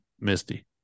Misty